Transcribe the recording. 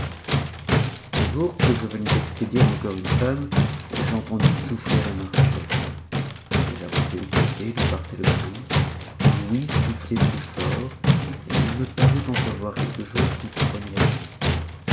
un jour que je venais d'expédier encore une femme j'entendis soufner et marcher j'avançai du côté d'où partait le bruit j'ouïs souh crp s tort et il me parut entrevoir quelque chose qui prenait la fuite